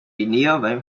nearby